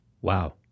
Wow